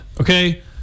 Okay